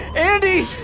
andi!